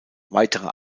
weitere